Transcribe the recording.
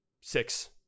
Six